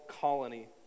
Colony